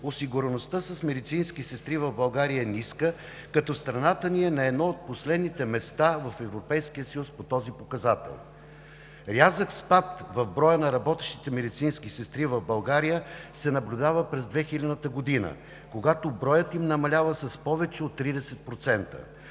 осигуреността с медицински сестри в България е ниска, като страната ни е на едно от последните места в Европейския съюз по този показател. Рязък спад в броя на работещите медицински сестри в България се наблюдава през 2000 г., когато броят им намалява с повече от 30%